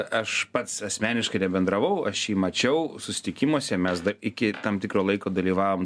aš pats asmeniškai nebendravau aš jį mačiau susitikimuose mes dar iki tam tikro laiko dalyvavom